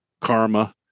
karma